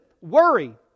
worry